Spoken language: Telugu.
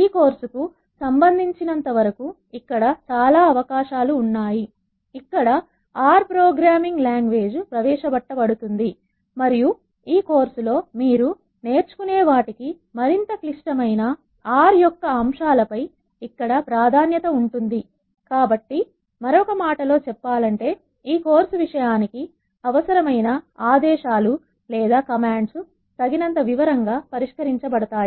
ఈ కోర్సుకు సంబంధించినంతవరకు ఇక్కడ చాలా అవకాశాలు ఉన్నాయి ఇక్కడ R ప్రోగ్రామింగ్ లాంగ్వేజ్ ప్రవేశ పెట్టబడుతుంది మరియు ఈ కోర్సులో మీరు నేర్చుకునే వాటికి మరింత క్లిష్టమైన R యొక్క అంశాలపై ఇక్కడ ప్రాధాన్యత ఉంటుంది కాబట్టి మరో మాటలో చెప్పాలంటే ఈ కోర్సు విషయానికి అవసరమైన ఆదేశాలు తగినంత వివరంగా పరిష్కరించ బడతాయి